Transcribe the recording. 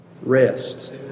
Rest